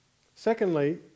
secondly